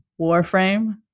Warframe